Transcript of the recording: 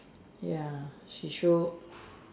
ya she show